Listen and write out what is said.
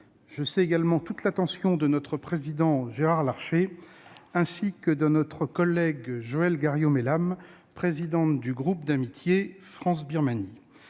Je sais également toute l'attention de M. le président, du Sénat, Gérard Larcher, ainsi que de notre collègue Joëlle Garriaud-Maylam, présidente du groupe d'amitié France-Birmanie.